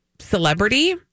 Celebrity